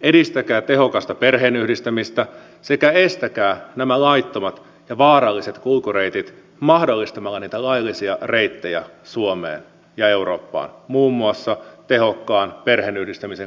edistäkää tehokasta perheenyhdistämistä sekä estäkää nämä laittomat ja vaaralliset kulkureitit mahdollistamalla niitä laillisia reittejä suomeen ja eurooppaan muun muassa tehokkaan perheenyhdistämisen kautta